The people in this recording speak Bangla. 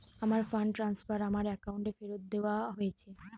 আমার ফান্ড ট্রান্সফার আমার অ্যাকাউন্টে ফেরত দেওয়া হয়েছে